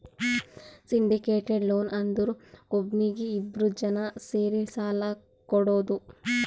syndicated loan ಅಂದುರ್ ಒಬ್ನೀಗಿ ಇಬ್ರು ಜನಾ ಸೇರಿ ಸಾಲಾ ಕೊಡೋದು